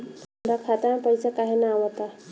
हमरा खाता में पइसा काहे ना आव ता?